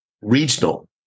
regional